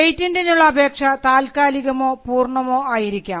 പേറ്റന്റിനുള്ള അപേക്ഷ താൽക്കാലികമോ പൂർണ്ണമോ ആയിരിക്കാം